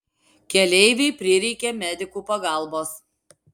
keleivei prireikė medikų pagalbos